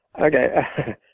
Okay